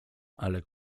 ale